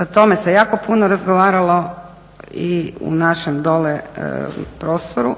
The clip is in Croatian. O tome se jako puno razgovaralo i u našem dole prostoru